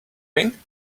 ring